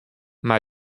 mei